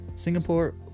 Singapore